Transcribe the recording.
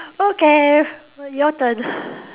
okay your turn